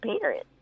parents